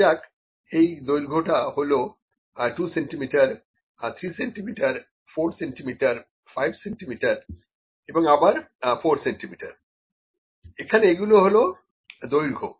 ধরা যাক এই দৈর্ঘ্যটা হলো 2 সেন্টিমিটার 3 সেন্টিমিটার4 সেন্টিমিটার 5 সেন্টিমিটার এবং আবার 4 সেন্টিমিটার এখানে এগুলো হলো দৈর্ঘ্য